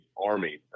army